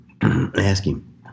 asking